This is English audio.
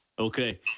Okay